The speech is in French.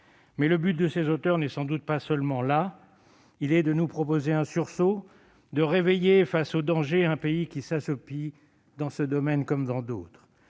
Mais le but de ses auteurs n'est sans doute pas seulement là. Il est de nous proposer un sursaut, de réveiller face au danger un pays qui s'assoupit, dans ce domaine comme dans d'autres.